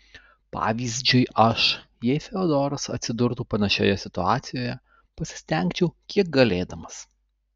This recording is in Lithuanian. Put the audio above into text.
pavyzdžiui aš jei fiodoras atsidurtų panašioje situacijoje pasistengčiau kiek galėdamas